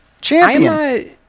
Champion